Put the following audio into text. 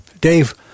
Dave